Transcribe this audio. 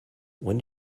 when